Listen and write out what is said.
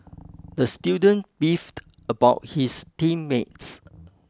the student beefed about his team mates